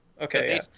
Okay